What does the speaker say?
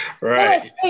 Right